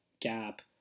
gap